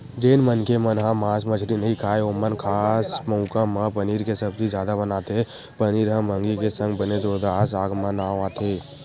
जेन मनखे मन ह मांस मछरी नइ खाय ओमन खास मउका म पनीर के सब्जी जादा बनाथे पनीर ह मंहगी के संग बने जोरदार साग म नांव आथे